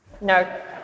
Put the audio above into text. no